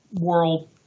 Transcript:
world